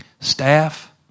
Staff